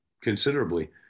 considerably